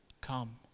Come